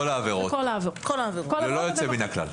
כל העבירות, ללא יוצא מן הכלל.